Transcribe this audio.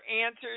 answers